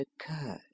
occurred